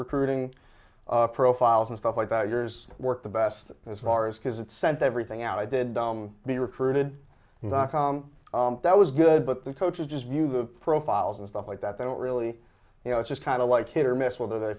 recruiting profiles and stuff like that years work the best as far as because it sent everything out i did dom be recruited dot com that was good but the coaches just view the profiles and stuff like that they don't really you know it's just kind of like hit or miss where they